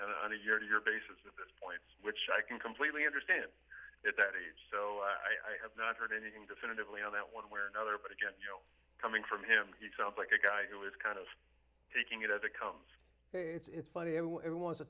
on a year to year basis with this point which i can completely understand at that age so i have not heard anything definitively on that one way or another but again you know coming from him he sounds like a guy who is kind of taking it as it comes it's funny you want to